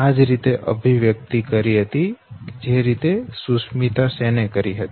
આ જ રીતે અભિવ્યક્તિ કરી હતી જે રીતે સુષ્મિતા સેન એ કરી હતી